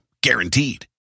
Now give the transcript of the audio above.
Guaranteed